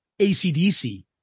ACDC